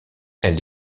elle